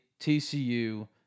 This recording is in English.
TCU